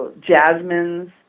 jasmines